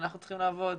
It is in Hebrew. אנחנו צריכים לעבוד,